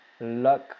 luck